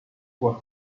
was